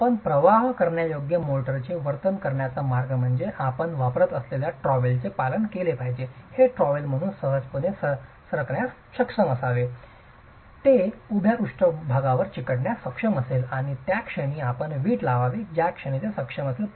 आपण प्रवाह करण्यायोग्य मोर्टारचे वर्णन करण्याचा मार्ग म्हणजे आपण वापरत असलेल्या ट्रॉवेलचे पालन केले पाहिजे हे ट्रॉवेल मधून सहजपणे सरकण्यास सक्षम असावे ते उभ्या पृष्ठभागावर चिकटण्यास सक्षम असेल आणि ज्या क्षणी आपण वीट लावावे त्या क्षणी ते सक्षम असेल